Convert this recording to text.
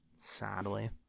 Sadly